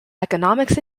economics